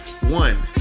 One